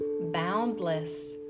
boundless